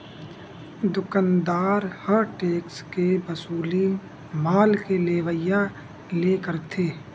दुकानदार ह टेक्स के वसूली माल के लेवइया ले करथे